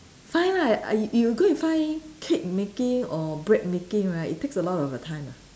find lah y~ you go and find cake making or bread making right it takes a lot of your time ah